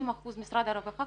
50% משרד הרווחה,